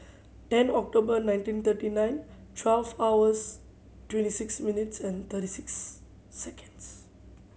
ten October nineteen thirty nine twelve hours twenty six minutes and thirty six seconds